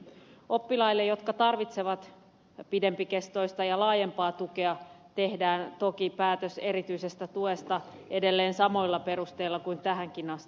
oppilaille jotka tarvitsevat pidempikestoista ja laajempaa tukea tehdään toki päätös erityisestä tuesta edelleen samoilla perusteilla kuin tähänkin asti